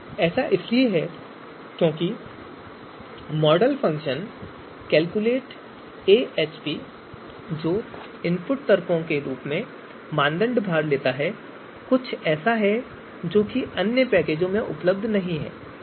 ऐसा इसलिए है क्योंकि मॉडल फ़ंक्शन कैलकुलेटएएचपी जो इनपुट तर्क के रूप में मानदंड भार लेता है कुछ ऐसा है जो अन्य पैकेजों में उपलब्ध नहीं है